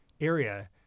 area